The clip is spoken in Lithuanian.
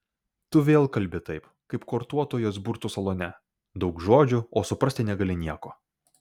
tu vėl kalbi taip kaip kortuotojos burtų salone daug žodžių o suprasti negali nieko